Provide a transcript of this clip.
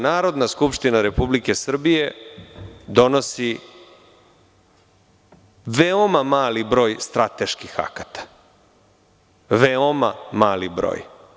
Narodna skupština Republike Srbije donosi veoma mali broj strateških akata, veoma mali broj.